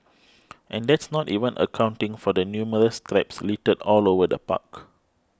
and that's not even accounting for the numerous traps littered all over the park